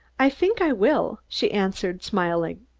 i think i will she answered, smiling,